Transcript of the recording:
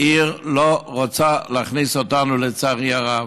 עיר לא רוצה להכניס אותנו, לצערי הרב,